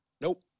Nope